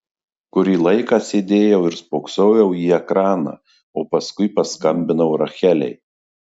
kurį laiką sėdėjau ir spoksojau į ekraną o paskui paskambinau rachelei